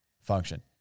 function